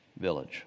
village